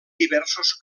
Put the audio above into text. diversos